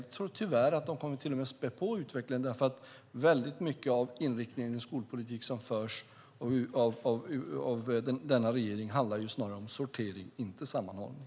Jag tror tyvärr att de till och med kommer att späda på utvecklingen, för väldigt mycket av inriktningen i den skolpolitik som förs av denna regering handlar snarast om sortering - inte sammanhållning.